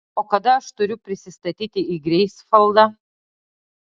o kada aš turiu prisistatyti į greifsvaldą